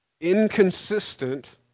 inconsistent